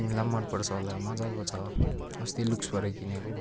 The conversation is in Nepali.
तिमीलाई मन पर्छ होला मजाको छ अस्ति लुक्सबाट किनेको